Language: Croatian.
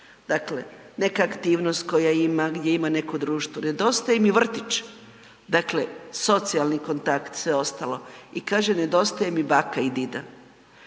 dakle neka aktivnost koju ima, gdje ima neko društvo. Nedostaje im i vrtić, dakle socijalni kontakt i sve ostalo i kaže nedostaje mi baka i dida.